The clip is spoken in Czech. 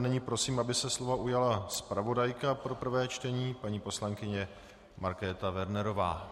Nyní prosím, aby se slova ujala zpravodajka pro prvé čtení paní poslankyně Markéta Wernerová.